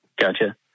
Gotcha